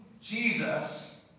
Jesus